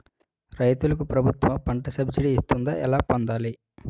రైతులకు ప్రభుత్వం పంట సబ్సిడీ ఇస్తుందా? ఎలా పొందాలి?